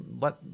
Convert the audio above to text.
let